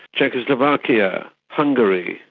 czechoslovakia, hungary,